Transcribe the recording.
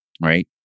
Right